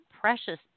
precious